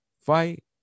fight